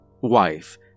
wife